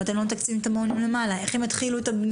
אם אתם לא מתקצבים את מעון היום למעלה איך הם יתחילו את הבנייה?